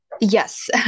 Yes